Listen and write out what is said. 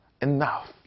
enough